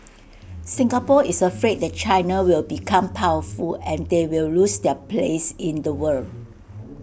Singapore is afraid that China will become powerful and they will lose their place in the world